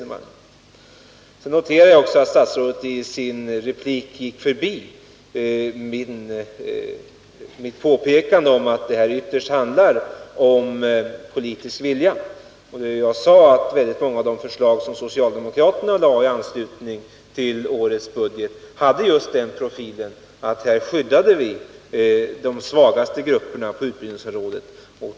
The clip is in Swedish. Vidare noterade jag att statsrådet i sin replik gick förbi mitt påpekande om att det här ytterst handlar om en politisk vilja. Jag sade att väldigt många av de förslag som socialdemokraterna lagt fram i anslutning till årets budget just markerar att vi skyddar de svagaste grupperna på utbildningsområdet.